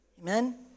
Amen